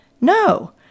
No